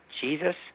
Jesus